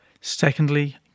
Secondly